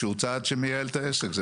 צעד שמייעל את העסק.